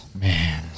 man